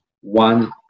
one